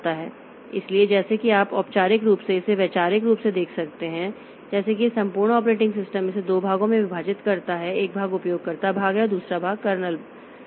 इसलिए जैसे कि आप औपचारिक रूप से इसे वैचारिक रूप से देख सकते हैं जैसे कि यह संपूर्ण ऑपरेटिंग सिस्टम इसे दो भागों में विभाजित करता है एक भाग उपयोगकर्ता भाग है और दूसरा भाग कर्नेल भाग है